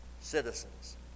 citizens